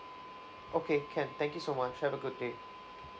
okay can thank you so much have a good day